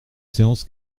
séance